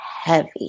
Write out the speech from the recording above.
heavy